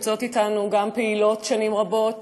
נמצאות אתנו גם פעילות שמובילות שנים רבות,